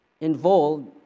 involved